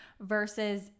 versus